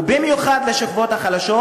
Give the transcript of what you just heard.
ובמיוחד השכבות החלשות,